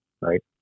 Right